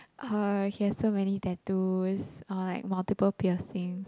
uh he has too many tattoos uh like multiples piercings